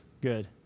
good